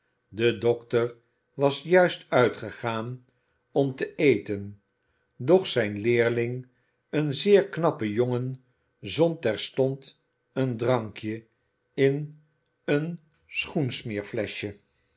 de dokter was juist uitgegaan om te eten doch zijn leerling een zeer knappe jongen zond terstond een drankje in een